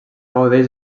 gaudeix